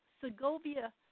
Segovia